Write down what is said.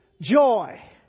joy